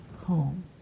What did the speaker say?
home